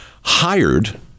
hired